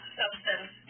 substance